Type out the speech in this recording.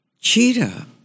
Cheetah